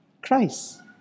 Christ